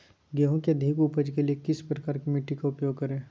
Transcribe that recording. गेंहू की अधिक उपज के लिए किस प्रकार की मिट्टी का उपयोग करे?